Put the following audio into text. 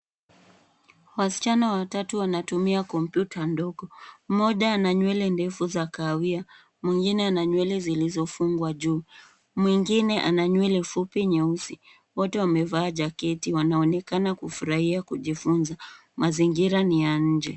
Wasichana watatu wanatumia kompyuta ndogo. mmoja ana nywele ndefu za kahawia mwingine ana nywele zilizofungwa juu mwingine ana nywele fupi nyeusi. Wote wamevaa jaketi wanaonekana kufurahia kujifunza. Mazingira ni ya nje.